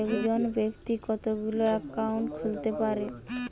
একজন ব্যাক্তি কতগুলো অ্যাকাউন্ট খুলতে পারে?